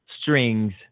strings